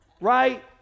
right